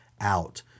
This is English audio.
out